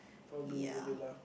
probably it's a villa